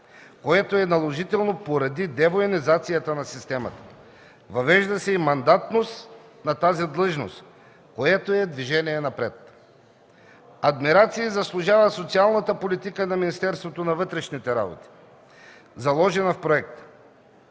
което е наложително поради девоенизацията на системата. Въвежда се и мандатност на тази длъжност, което е движение напред. Адмирации заслужава социалната политика на Министерството на вътрешните работи, заложена в проекта.